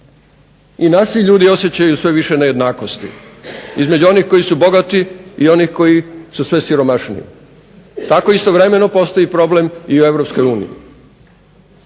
I naši ljudi osjećaju sve više nejednakosti između onih koji su bogati i onih koji su sve siromašniji. Tako istovremeno postoji problem i u